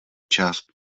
část